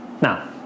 now